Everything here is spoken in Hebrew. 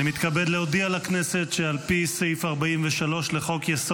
אני מתכבד להודיע לכנסת שעל פי סעיף 43 לחוק-יסוד: